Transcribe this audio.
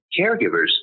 caregivers